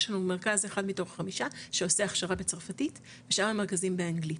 יש לנו מרכז אחד מתוך חמישה שעושה הכשרה בצרפתית ושאר המרכזים באנגלית.